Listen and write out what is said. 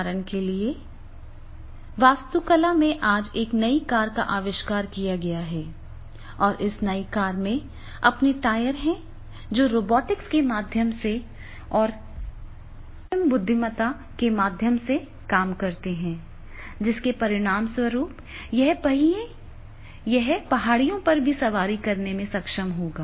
उदाहरण के लिए वास्तुकला में आज एक नई कार का आविष्कार किया गया है और इस नई कार में अपने टायर हैं जो रोबोटिक्स के माध्यम से और कृत्रिम बुद्धिमत्ता के माध्यम से काम करते हैं जिसके परिणामस्वरूप यह पहाड़ियों पर भी सवारी करने में सक्षम होगा